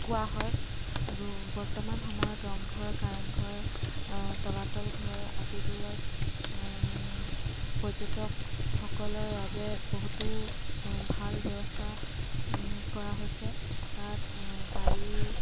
কোৱা হয় আৰু বৰ্তমান সময়ত ৰংঘৰ কাৰেং ঘৰ তলাতল ঘৰ আদিবোৰত পৰ্যটকসকলৰ বাবে বহুতো ভাল ব্যৱস্থা কৰা হৈছে তাত গাড়ী